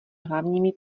hlavními